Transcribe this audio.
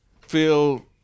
feel